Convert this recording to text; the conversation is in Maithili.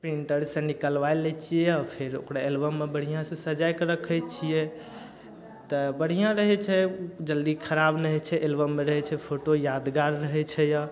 प्रिन्टरसँ निकलबा लै छियै आओर फेर ओकरा एलबममे बढ़ियआँसँ सजायके रखय छियै तऽ बढ़आँ रहय छै उ जल्दी खराब नहि होइ छै एलबममे रहय छै फोटो यादगार रहय छै यऽ